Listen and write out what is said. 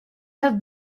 have